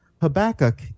Habakkuk